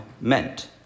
meant